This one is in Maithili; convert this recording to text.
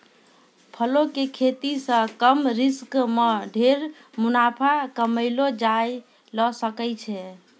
फलों के खेती सॅ कम रिस्क मॅ ढेर मुनाफा कमैलो जाय ल सकै छै